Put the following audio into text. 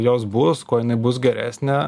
jos bus kuo jinai bus geresnė